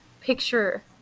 picture